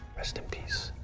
rest in peace,